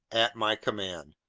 at my command.